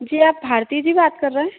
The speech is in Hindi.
जी आप भारती जी बात कर रहे हैं